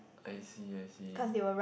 I see I see